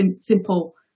simple